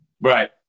right